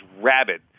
rabid